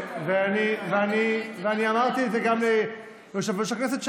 ואני אמרתי את זה גם ליושב-ראש הכנסת,